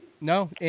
no